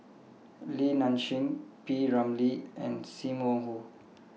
Li Nanxing P Ramlee and SIM Wong Hoo